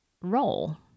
role